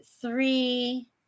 three